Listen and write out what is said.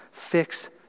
fix